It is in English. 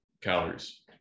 calories